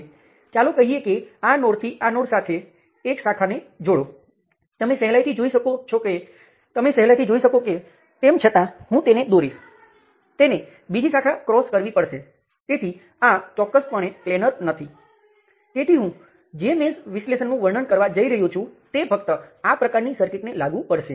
હવે હું જવાબ લખું છું મશીન વિશ્લેષણના સમીકરણો પરંતુ કૃપા કરીને જાતે કરો અને મેં આપેલા જવાબ સાથે તેની તુલના કરો તેથી જ આપણી પાસે મેશ વિશ્લેષણ કરવાની વધુ પ્રેક્ટિસ છે